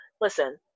listen